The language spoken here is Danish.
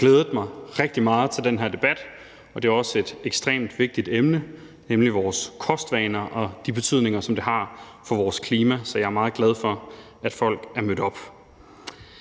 jeg glædet mig rigtig meget til den her debat. Det er også et ekstremt vigtigt emne, nemlig vores kostvaner og den betydning, som de har for vores klima, så jeg er meget glad for, at folk er mødt op.